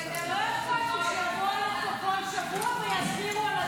לכלול את הנושא בסדר-היום של הכנסת נתקבלה.